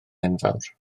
enfawr